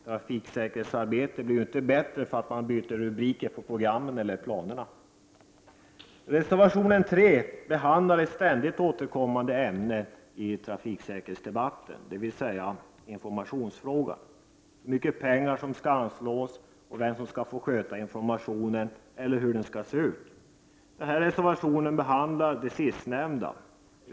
Trafiksäkerhetsarbetet blir inte bättre för att man byter rubriker på programmen eller planerna. Den tredje reservationen behandlar ett ständigt återkommande ämne i trafiksäkerhetsdebatten, informationsfrågan. Hur mycket pengar skall anslås, vem skall få sköta informationen och hur skall den se ut? Reservationen handlar om det sistnämnda.